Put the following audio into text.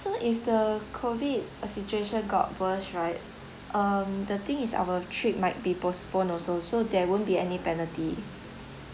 so if the COVID uh situation got worse right um the thing is our trip might be postponed also so there won't be any penalty